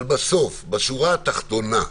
אבל בסוף, בשורה התחתונה,